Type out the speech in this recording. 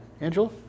Angela